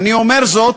אני אומר זאת,